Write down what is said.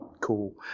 cool